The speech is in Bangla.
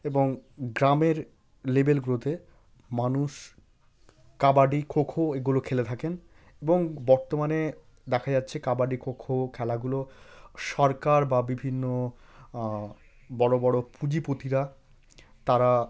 এবং গ্রামের লেবেলগুলোতে মানুষ কাবাডি খোখো এগুলো খেলে থাকেন এবং বর্তমানে দেখা যাচ্ছে কাবাডি খোখো খেলাগুলো সরকার বা বিভিন্ন বড়ো বড়ো পুঁজি পতিরা তারা